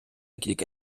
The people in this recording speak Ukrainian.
кілька